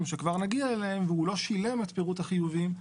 שכבר נגיע אליהם והוא לא שילם את פירוט החיובים,